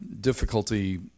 difficulty